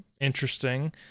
Interesting